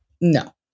No